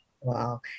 Wow